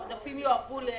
שעודפים יועברו ל-2021.